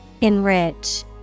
Enrich